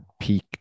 peak